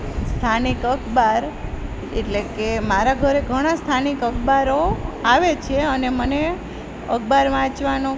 સ્થાનિક અખબાર એટલે કે મારા ઘરે ઘણા સ્થાનિક અખબારો આવે છે અને મને અખબાર વાંચવાનું